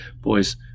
Boys